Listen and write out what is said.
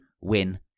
win